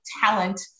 talent